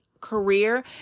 career